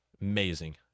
Amazing